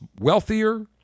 wealthier